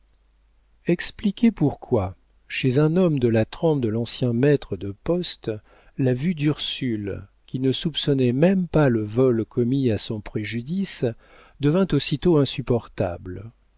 expliquer pourquoi chez un homme de la trempe de l'ancien maître de poste la vue d'ursule qui ne soupçonnait même pas le vol commis à son préjudice devint aussitôt insupportable